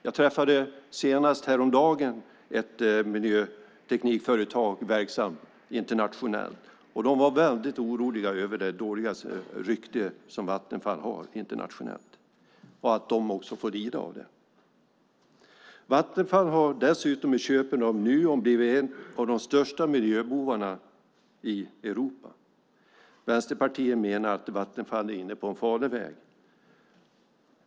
Jag träffade senast häromdagen representanter för ett miljöteknikföretag verksamt internationellt. De var väldigt oroliga över det dåliga rykte som Vattenfall har internationellt och att de också får lida av det. Vattenfall har dessutom genom köpet av Nuon blivit en av de största miljöbovarna i Europa. Vänsterpartiet menar att Vattenfall är inne på en farlig väg.